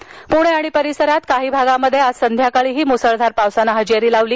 हवामान पुणे आणि परिसरांत काही भागांत आज संध्याकाळी मुसळधार पावसानं हजेरी लावली